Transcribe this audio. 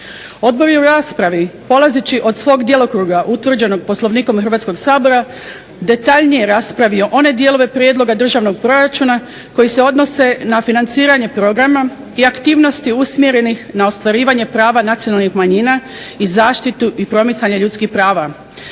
Odbor je u raspravi polazeći od svog djelokruga utvrđenog Poslovnikom Hrvatskog sabora detaljnije raspravio one dijelove prijedloga Državnog proračuna koji se odnose na financiranje programa i aktivnosti usmjerenih na ostvarivanje prava nacionalnih manjina i zaštitu i promicanje ljudskih prava.